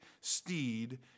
steed